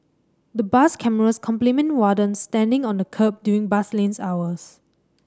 the bus cameras complement wardens standing on the kerb during bus lanes hours